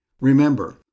Remember